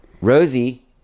Rosie